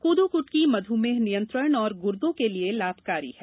कोदो कृटकी मध्मेह नियंत्रण गूर्दो के लिए लाभकारी है